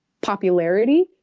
popularity